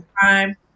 time